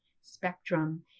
spectrum